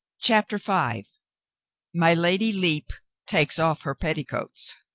chapter five my lady lepe takes off her petticoats